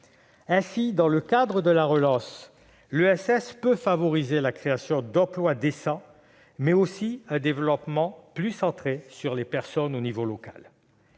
Ainsi, dans le cadre de la relance, l'ESS peut favoriser la création d'emplois décents, mais aussi un développement plus centré sur les personnes à l'échelon local.